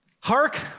Hark